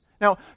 Now